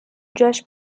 josh